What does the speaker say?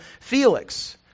Felix